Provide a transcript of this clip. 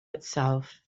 itself